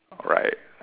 alright